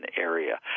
area